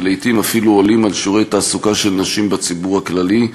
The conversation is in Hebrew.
ולעתים אפילו עולים על שיעורי התעסוקה של נשים בציבור הכללי.